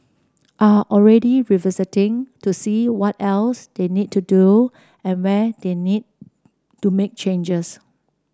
are already revisiting to see what else they need to do and where they need to make changes